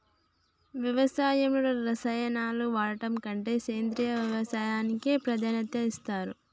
వ్యవసాయంలో రసాయనాలను వాడడం కంటే సేంద్రియ వ్యవసాయానికే ప్రాధాన్యత ఇస్తరు